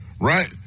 right